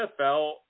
NFL